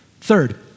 Third